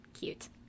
cute